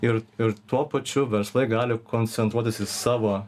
ir ir tuo pačiu verslai gali koncentruotis į savo